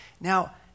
now